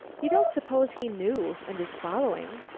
you don't suppose he knew, and is following?